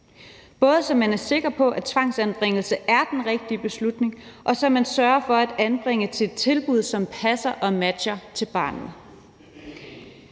både så man er sikker på, at tvangsanbringelse er den rigtige beslutning, og så man sørger for at anbringe til et tilbud, som passer til og matcher barnet.